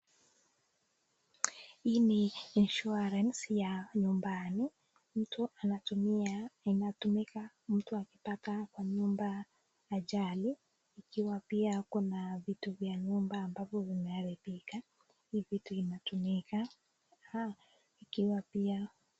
Hii ni Insurance ya nyumbani, mtu anatumia, inatumika mtu akipata kwa nyumba ajli ikiwa pia kuna vitu vya nyumba ambavyo vimeharibika, hii vitu inatumika ikiwa pia...